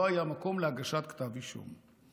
לא היה מקום להגשת כתב אישום.